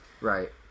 right